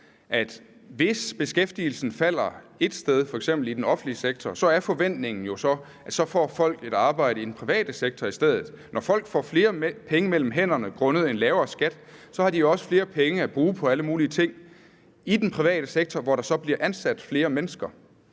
hvis beskæftigelsen falder et sted, f.eks. i den offentlige sektor, så er forventningen, at folk får et arbejde i den private sektor i stedet. Når folk får flere penge mellem hænderne grundet en lavere skat, så har de jo også flere penge at bruge på alle mulige ting i den private sektor, hvor der så bliver ansat flere mennesker.